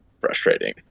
frustrating